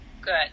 good